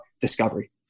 discovery